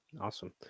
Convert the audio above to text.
awesome